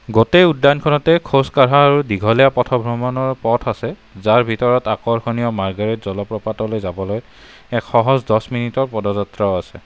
গোটেই উদ্যানখনতে খোজকঢ়া আৰু দীঘলীয়া পথভ্ৰমণৰ পথ আছে যাৰ ভিতৰত আকৰ্ষণীয় মাৰ্গাৰেট জলপ্ৰপাতলৈ যাবলৈ এক সহজ দহ মিনিটৰ পদযাত্ৰাও আছে